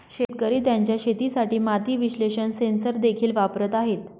शेतकरी त्यांच्या शेतासाठी माती विश्लेषण सेन्सर देखील वापरत आहेत